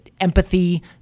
empathy